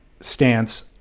stance